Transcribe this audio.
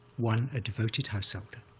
one a devoted householder,